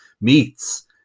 meats